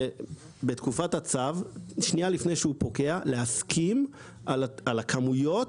בתקופת הצו שניה לפני שהוא פוקע להסכים על הכמויות